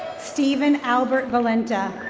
steven albert valenta.